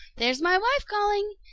there's my wife calling.